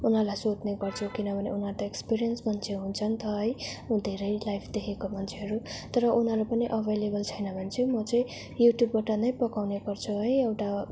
उनीहरूलाई सोध्ने गर्छु किनभने उनीहरू त एक्सपिरियन्स मान्छे हुन्छ नि त है उ धेरै लाइफ देखेको मान्छेहरू तर उनीहरू पनि अभाइलेबल छैन भने चाहिँ म चाहिँ युट्युबबाट नै पकाउने गर्छु है एउटा